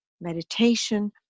meditation